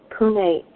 Pune